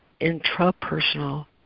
intrapersonal